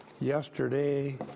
yesterday